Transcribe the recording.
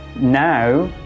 now